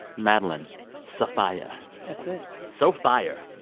madeline sofia that's it so fire.